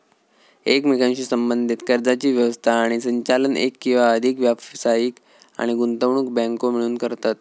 एकमेकांशी संबद्धीत कर्जाची व्यवस्था आणि संचालन एक किंवा अधिक व्यावसायिक आणि गुंतवणूक बँको मिळून करतत